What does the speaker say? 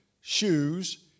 shoes